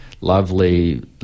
lovely